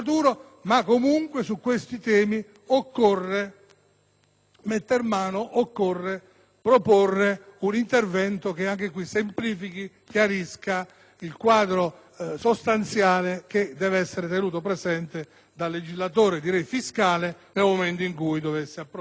ma comunque a questi temi occorre metter mano. Anche in questo caso occorre proporre un intervento che semplifichi e chiarisca il quadro sostanziale che deve essere tenuto presente dal legislatore fiscale nel momento in cui dovesse approvare